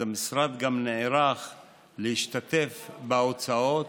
אז המשרד גם נערך להשתתף בהוצאות.